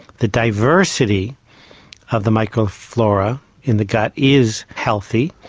the diversity of the microflora in the gut is healthy,